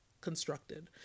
constructed